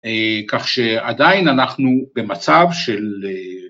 כך שעדיין אנחנו במצב של